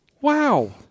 Wow